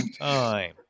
time